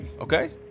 Okay